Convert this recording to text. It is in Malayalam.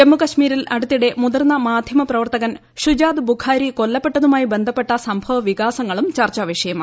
ജമ്മു കശ്മീരിൽ അടുത്തിടെ മുതിർന്ന മാധ്യമ പ്രവർത്തകൻ ഷുജാത് ബുഖാരി കൊല്ലപ്പെട്ടതുമായി ബന്ധപ്പെട്ട സംഭവവികാസങ്ങളും ചർച്ചാവിഷയമായി